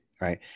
Right